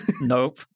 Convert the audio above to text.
Nope